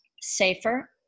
safer